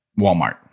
Walmart